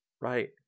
Right